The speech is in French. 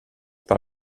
par